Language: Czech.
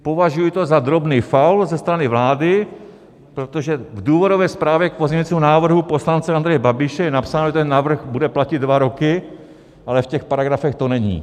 Považuji to za drobný faul ze strany vlády, protože v důvodové zprávě k pozměňovacímu návrhu poslance Andreje Babiše je napsáno, že ten návrh bude platit dva roky, ale v těch paragrafech to není.